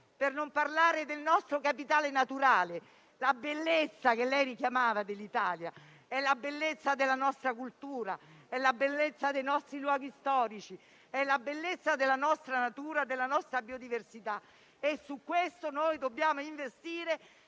Per non parlare del nostro capitale naturale: la bellezza che lei richiamava dell'Italia è la bellezza della nostra cultura, la bellezza dei nostri luoghi storici, la bellezza della nostra natura e biodiversità. Su questo dobbiamo investire